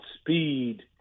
speed